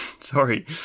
Sorry